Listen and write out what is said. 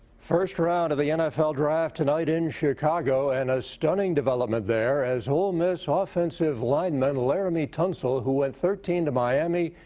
first round of the n f l draft tonight in chicago. and a stunning developement as ole miss ah offensive lineman leremy tunsil who went thirteen to miami.